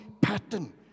pattern